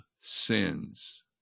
sins